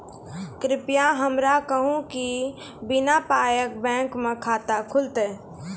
कृपया हमरा कहू कि बिना पायक बैंक मे खाता खुलतै?